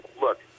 Look